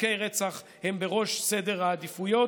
שתיקי רצח הם בראש סדר העדיפויות,